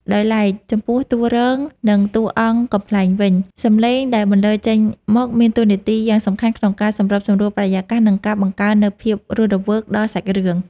ដោយឡែក ចំពោះតួរង និងតួអង្គកំប្លែងវិញ សំឡេងដែលបន្លឺចេញមកមានតួនាទីយ៉ាងសំខាន់ក្នុងការសម្របសម្រួលបរិយាកាស និងការបង្កើននូវភាពរស់រវើកដល់សាច់រឿង។